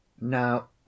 now